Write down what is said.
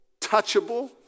touchable